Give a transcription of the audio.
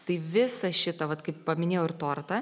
tai visą šitą vat kaip paminėjau ir tortą